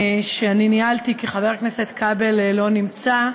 שאני ניהלתי כי חבר הכנסת כבל לא נמצא.